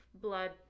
blood